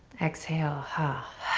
exhale, hah.